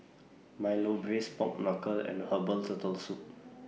Milo Braised Pork Knuckle and Herbal Turtle Soup